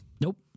Nope